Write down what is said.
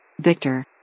Victor